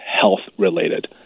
health-related